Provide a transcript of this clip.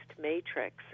matrix